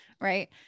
right